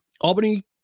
Albany